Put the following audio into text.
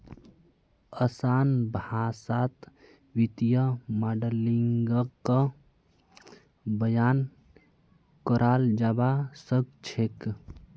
असान भाषात वित्तीय माडलिंगक बयान कराल जाबा सखछेक